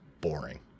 boring